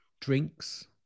drinks